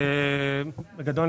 בגדול,